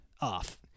off